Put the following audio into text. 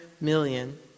million